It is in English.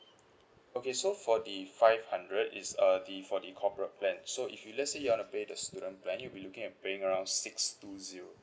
okay so for the five hundred it's uh the for the corporate plan so if you let's say you wanna pay the student plan you'll be looking at paying around six two zero